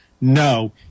No